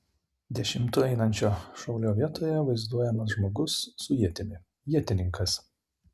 dešimtu einančio šaulio vietoje vaizduojamas žmogus su ietimi ietininkas